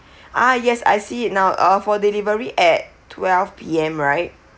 ah yes I see it now uh for delivery at twelve P_M right